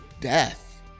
death